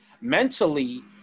mentally